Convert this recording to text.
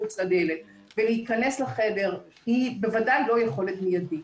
מחוץ לדלת ולהיכנס לחדר היא בוודאי לא יכולת מיידית.